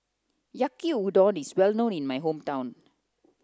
Yaki Udon is well known in my hometown